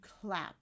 clap